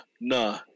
Nah